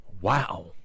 wow